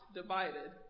divided